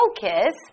focus